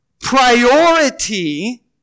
priority